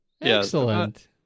Excellent